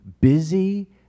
busy